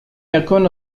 يكون